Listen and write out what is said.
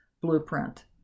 blueprint